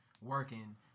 working